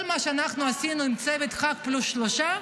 כל מה שאנחנו עשינו עם צוות ח"כ פלוס שלושה,